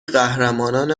قهرمانان